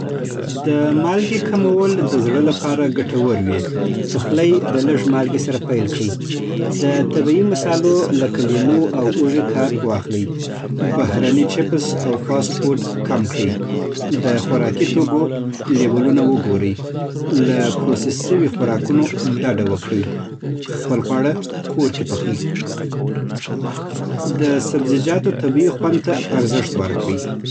د مالګې کمول د زړه لپاره ګټور وي. پخلی د لږ مالګې سره پیل کړئ. د طبیعي مصالو لکه لېمو او هوږې کار واخلئ. بهرني چپس او فاسټ فوډ کم کړئ. د خوراکي توکو لیبلونه وګورئ. له پروسس شوي خوراکونو ډډه وکړئ. خپل خواړه کور کې پخئ. د سبزیجاتو طبیعي خوند ته ارزښت ورکړئ